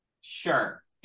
Sure